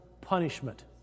punishment